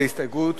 להסתייגות